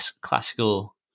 classical